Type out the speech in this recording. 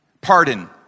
pardon